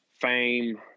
fame